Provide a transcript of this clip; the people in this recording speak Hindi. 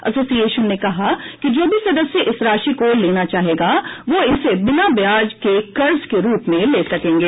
एसोसिएशन ने कहा है कि जो भी सदस्य इस राशि को लेना चाहेंगे वह इसे बिना ब्याज के कर्ज के रूप में ले सकेंगे